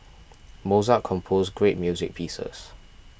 Mozart composed great music pieces